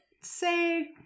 say